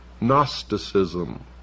Gnosticism